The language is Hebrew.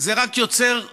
זה רק יוצר התנגדות,